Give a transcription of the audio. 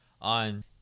on